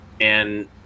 and-